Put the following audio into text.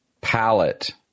palette